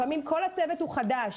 לפעמים כל הצוות הוא חדש.